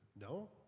No